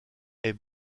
est